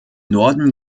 norden